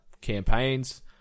campaigns